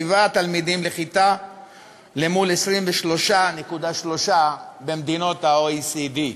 תלמידים לכיתה מול 23.3 במדינות ה-OECD.